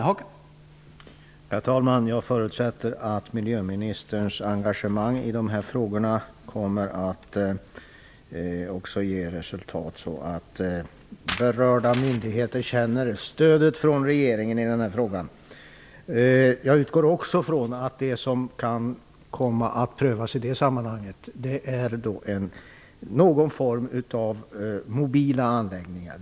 Herr talman! Jag förutsätter att miljöministerns engagemang i de här frågorna också kommer att ge ett sådant resultat att berörda myndigheter känner stödet från regeringen. Jag utgår också från att det som kan komma att prövas i det här sammanhanget är någon form av mobila anläggningar.